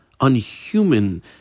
unhuman